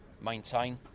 maintain